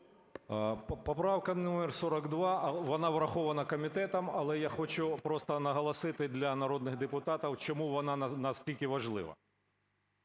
Поправка номер 42. Вона врахована комітетом, але я хочу просто наголосити для народних депутатів, чому вона настільки важлива.